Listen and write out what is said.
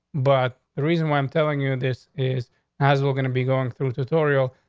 but the reason why i'm telling you this is as we're gonna be going through tutorial.